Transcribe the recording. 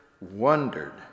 wondered